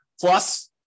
Plus